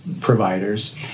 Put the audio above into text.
Providers